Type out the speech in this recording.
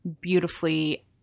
beautifully